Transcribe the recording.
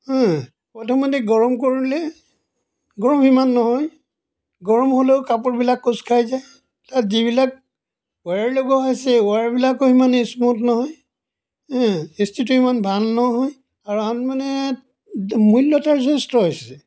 প্ৰথমতে গৰম কৰিলে গৰম ইমান নহয় গৰম হ'লেও কাপোৰবিলাক কোঁচ খাই যায় তাত যিবিলাক ৱায়াৰ লগোৱা হৈছে ৱায়াৰবিলাকো ইমান স্মোথ নহয় ইষ্ট্ৰিটো ইমান ভাল নহয় আৰু আন মানে মূল্য তাৰ যথেষ্ট হৈছে